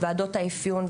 ועדות האפיון,